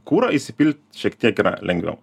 kurą įsipilt šiek tiek yra lengviau